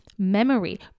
memory